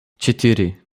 четыре